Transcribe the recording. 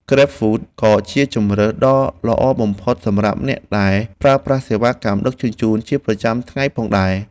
ក្រេបហ្វូត ក៏ជាជម្រើសដ៏ល្អបំផុតសម្រាប់អ្នកដែលប្រើប្រាស់សេវាកម្មដឹកជញ្ជូនជាប្រចាំថ្ងៃផងដែរ។